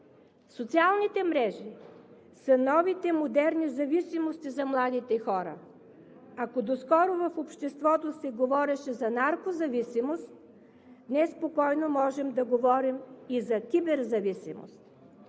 Социалните мрежи са новите модерни зависимости за младите хора. Ако доскоро в обществото се говореше за наркозависимост, днес спокойно можем да говорим и за киберзависимост.